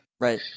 Right